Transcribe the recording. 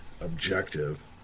objective